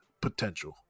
potential